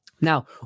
Now